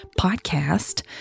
podcast